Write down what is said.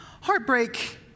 Heartbreak